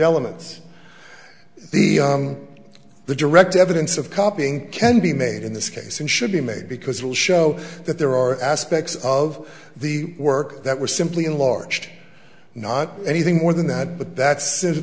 elements the the direct evidence of copying can be made in this case and should be made because it will show that there are aspects of the work that were simply enlarged not anything more than that but that says